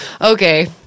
Okay